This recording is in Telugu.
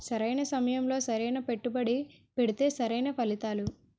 సరైన సమయంలో సరైన పెట్టుబడి పెడితే సరైన ఫలితాలు